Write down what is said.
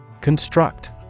Construct